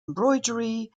embroidery